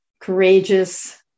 courageous